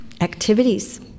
activities